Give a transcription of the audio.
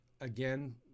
again